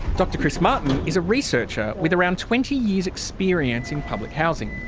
dr chris martin is a researcher with around twenty years' experience in public housing.